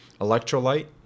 electrolyte